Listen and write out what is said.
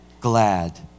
Glad